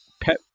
Pet